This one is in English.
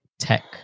Tech